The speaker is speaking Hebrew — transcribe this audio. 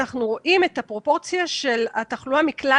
אנחנו רואים את הפרופורציה של התחלואה מכלל